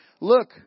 Look